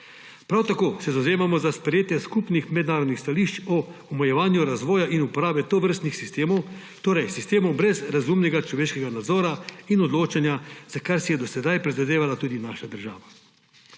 Prav tako se zavzemamo za sprejetje skupnih mednarodnih stališč o omejevanju razvoja in uporabe tovrstnih sistemov, torej sistemov brez razumnega človeškega nadzora in odločanja, za kar si je do sedaj prizadevala tudi naša država.